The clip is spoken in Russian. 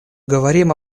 говорим